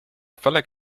felek